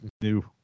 New